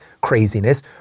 craziness